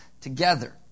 together